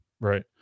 right